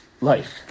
life